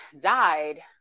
died